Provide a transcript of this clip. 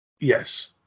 Yes